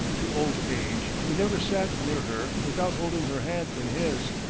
to old age, he never sat near her without holding her hand in his.